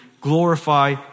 glorify